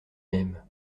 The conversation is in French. même